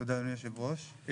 תודה אדוני יושב הראש.